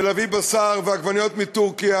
ולהביא בשר ועגבניות מטורקיה,